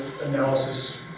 analysis